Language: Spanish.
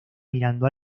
mirando